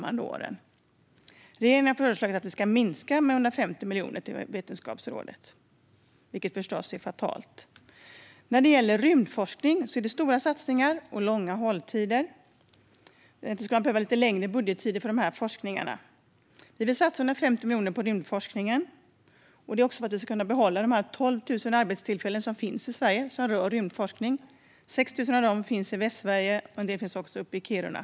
Regeringen har i stället föreslagit att anslaget till Vetenskapsrådet ska minskas med 150 miljoner, vilket förstås vore fatalt. Vad gäller rymdforskning är det stora satsningar och långa ledtider. Därför skulle det behövas lite längre budgetperioder. Vi vill satsa 150 miljoner till rymdforskningen, också för att kunna behålla de 12 000 arbetstillfällena inom rymdforskning. Av dem finns 6 000 i Västsverige och en del i Kiruna.